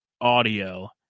audio